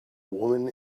woman